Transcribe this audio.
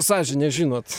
sąžinė žinot